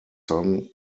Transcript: son